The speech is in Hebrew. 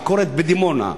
בדימונה,